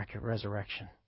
resurrection